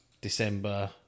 December